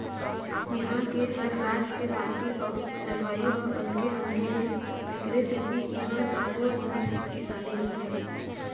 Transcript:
इहां के हर राज के माटी अउ जलवायु ह अलगे अलगे हे तेखरे सेती इहां सब्बो जिनिस के किसानी होथे